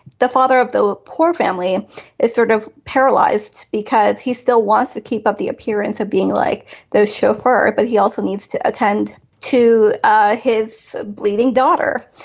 the father of the poor family is sort of paralyzed because he still wants to keep up the appearance of being like the chauffeur. but he also needs to attend to his bleeding daughter.